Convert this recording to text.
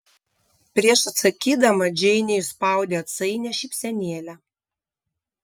prieš atsakydama džeinė išspaudė atsainią šypsenėlę